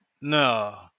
No